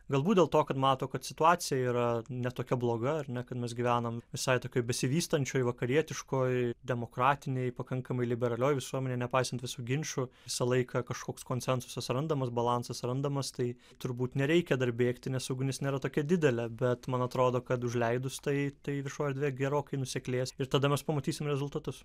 galbūt dėl to kad mato kad situacija yra ne tokia bloga ar ne kad mes gyvenam visai tokioj besivystančioj vakarietiškoj demokratinėj pakankamai liberalioje visuomenėj nepaisant visų ginčų visą laiką kažkoks konsensusas randamas balansas randamas tai turbūt nereikia dar bėgti nes ugnis nėra tokia didelė bet man atrodo kad užleidus tai tai viešoji erdvė gerokai nuseklės ir tada mes pamatysim rezultatus